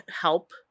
help